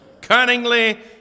Cunningly